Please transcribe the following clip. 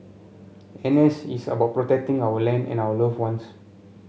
N S is about protecting our land and our love ones